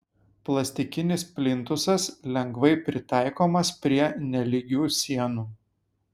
plastikinis plintusas lengvai pritaikomas prie nelygių sienų